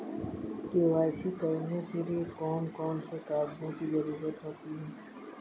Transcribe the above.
KYC करने के लिए कौन कौन से कागजों की जरूरत होती है?